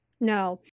no